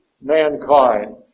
mankind